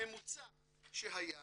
הממוצע שהיה